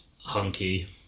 hunky